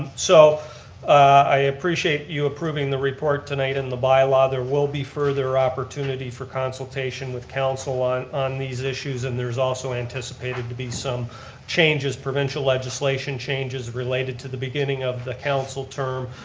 so i appreciate you approving the report tonight and the bylaw. there will be further opportunity for consultation with council on on these issues and there's also anticipated to be some changes, provincial legislation changes related to the beginning of the council term,